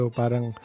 parang